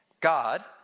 God